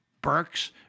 Burks